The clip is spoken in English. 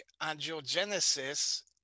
angiogenesis